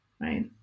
right